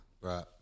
Right